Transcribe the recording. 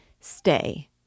Stay